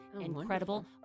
incredible